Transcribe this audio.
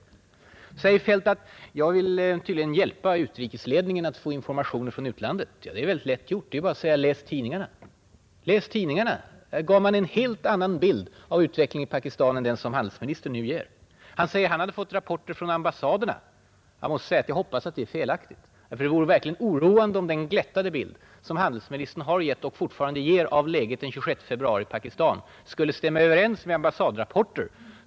Herr Feldt skämtar om att jag tydligen vill hjälpa utrikesledningen att få informationer från utlandet. Ja, det är väldigt lätt gjort. Det är ju bara att säga: Läs tidningarna! Där gav man en helt annan bild av utvecklingen i Pakistan än den som handelsministern nu ger. Han säger då att han hade fått rapporter från ambassaderna. Jag måste säga att jag hoppas att det är felaktigt. Det vore verkligen oroande om den glättade bild som handelsministern har gett och fortfarande ger av läget den 26 februari i Pakistan skulle stämma överens med ambassadrapporter.